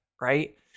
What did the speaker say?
Right